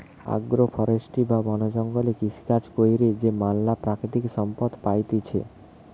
agro forestry বা বন জঙ্গলে কৃষিকাজ কইরে যে ম্যালা প্রাকৃতিক সম্পদ পাইতেছি